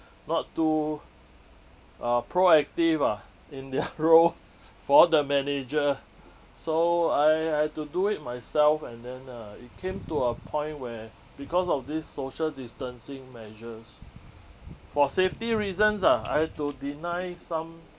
not too uh proactive ah in their role for the manager so I I had to do it myself and then uh it came to a point where because of this social distancing measures for safety reasons ah I have to deny some